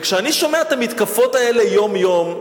וכשאני שומע את המתקפות האלה יום-יום,